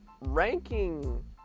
ranking